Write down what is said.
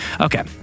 Okay